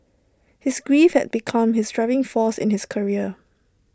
his grief had become his driving force in his career